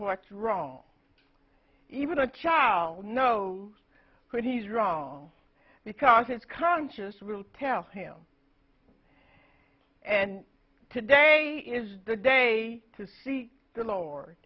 what's wrong even a child knows when he's wrong because his conscious will tell him and today is the day to see the lord